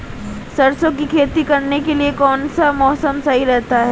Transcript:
सरसों की खेती करने के लिए कौनसा मौसम सही रहता है?